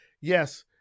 Yes